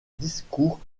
discours